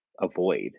avoid